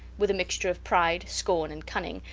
with a mixture of pride, scorn, and cunning,